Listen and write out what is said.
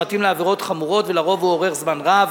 שמתאים לעבירות חמורות ולרוב הוא אורך זמן רב.